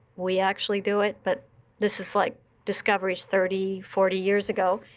we actually do it. but this is like discoveries thirty, forty years ago.